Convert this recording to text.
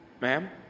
Ma'am